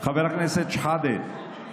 חבר הכנסת אבו שחאדה,